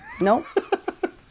Nope